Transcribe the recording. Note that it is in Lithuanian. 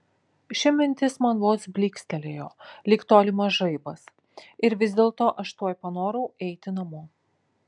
ši mintis man vos blykstelėjo lyg tolimas žaibas ir vis dėlto aš tuoj panorau eiti namo